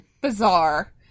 bizarre